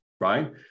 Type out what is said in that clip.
right